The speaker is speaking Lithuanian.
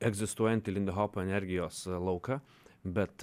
egzistuojantį lindihopo energijos lauką bet